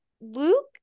Luke